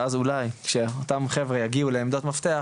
ואז אולי כשאותם חבר'ה יגיעו לעמדות מפתח,